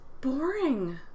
boring